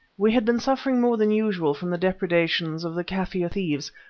we had been suffering more than usual from the depredations of the kaffir thieves,